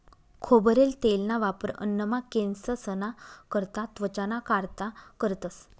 खोबरेल तेलना वापर अन्नमा, केंससना करता, त्वचाना कारता करतंस